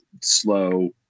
slow